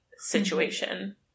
situation